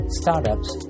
startups